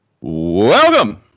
Welcome